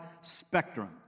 spectrum